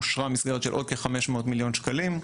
אושרה מסגרת של עוד כ-500 מיליון שקלים,